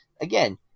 Again